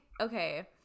Okay